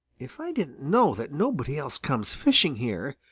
if i didn't know that nobody else comes fishing here,